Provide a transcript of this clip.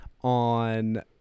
on